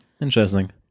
interesting